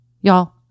Y'all